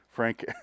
Frank